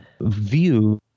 view